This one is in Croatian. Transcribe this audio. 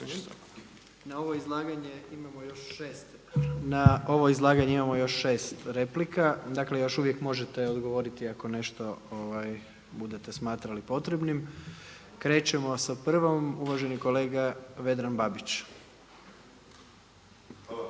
Na ovo izlaganje imamo još šest replika. Dakle još uvijek možete odgovoriti ako nešto budete smatrali potrebnim. Krećemo sa prvom, uvaženi kolega Vedran Babić.